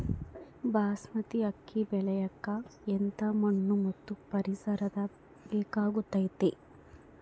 ಬಾಸ್ಮತಿ ಅಕ್ಕಿ ಬೆಳಿಯಕ ಎಂಥ ಮಣ್ಣು ಮತ್ತು ಪರಿಸರದ ಬೇಕಾಗುತೈತೆ?